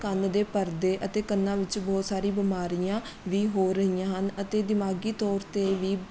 ਕੰਨ ਦੇ ਪਰਦੇ ਅਤੇ ਕੰਨਾਂ ਵਿੱਚ ਬਹੁਤ ਸਾਰੀਆਂ ਬਿਮਾਰੀਆਂ ਵੀ ਹੋ ਰਹੀਆਂ ਹਨ ਅਤੇ ਦਿਮਾਗੀ ਤੌਰ 'ਤੇ ਵੀ